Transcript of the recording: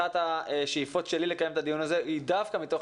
אחת השאיפות שלי לקיים את הדיון הזה היא דווקא מתוך